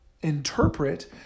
interpret